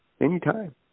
anytime